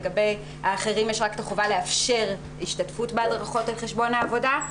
לגבי האחרים יש רק את החובה לאפשר השתתפות בהדרכות על חשבון העבודה,